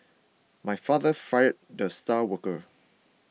my father fired the star worker